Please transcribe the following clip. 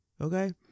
Okay